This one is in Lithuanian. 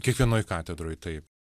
kiekvienoj katedroj taip